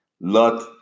lot